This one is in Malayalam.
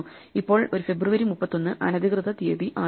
ഇപ്പോൾ ഒരു ഫെബ്രുവരി 31 അനധികൃതതീയതി ആണ്